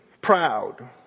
proud